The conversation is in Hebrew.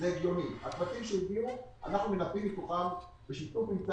זה ממשק אוטומטי שעובר, לא קבצים פעם בחודש שתקבל.